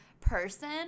person